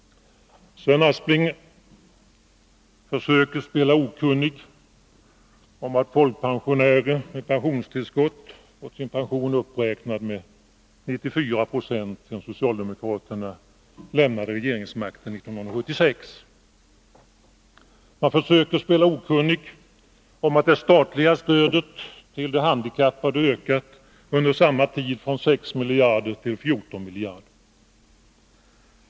Sven Aspling försöker spela okunnig om att folkpensionären med pensionstillskott fått sin pension uppräknad med 94 96 sedan socialdemokraterna lämnade regeringsmakten 1976. Han försöker spela okunnig om att det statliga stödet till de handikappade under samma tid ökat från sex miljarder till 14 miljarder.